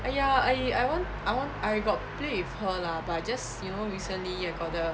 !aiya! I I want I want I got play with her lah but I just you know recently I got the